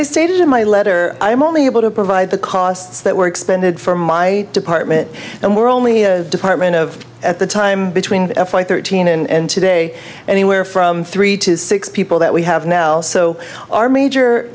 i stated in my letter i am only able to provide the costs that were expended for my department and we're only a department of at the time between thirteen and today anywhere from three to six people that we have now so our major